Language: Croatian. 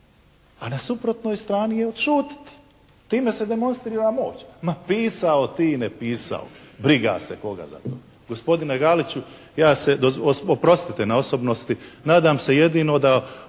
a na suprotnoj strani je odšutiti. Time se demonstrira moć. Ma pisao ti ne pisao, briga se koga za to. Gospodine Galiću, ja se oprostite na osobnosti, nadam se da